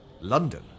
London